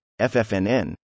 FFNN